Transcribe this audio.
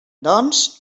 doncs